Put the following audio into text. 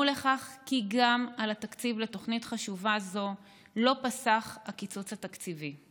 לכך שגם על התקציב לתוכנית חשובה זו לא פסח הקיצוץ התקציבי,